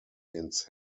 ins